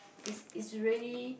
is is really